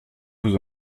vous